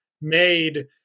made